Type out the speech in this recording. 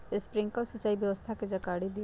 Sprinkler सिंचाई व्यवस्था के जाकारी दिऔ?